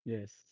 Yes